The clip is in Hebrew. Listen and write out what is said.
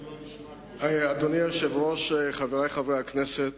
אדוני היושב-ראש, חברי חברי הכנסת,